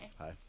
Hi